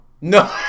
No